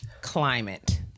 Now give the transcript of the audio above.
climate